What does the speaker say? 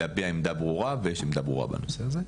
בשביל להביע עמדה ברורה ויש עמדה ברורה בנושא הזה.